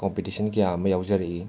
competition ꯀꯌꯥ ꯑꯃ ꯌꯥꯎꯖꯔꯛꯏ